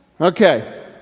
Okay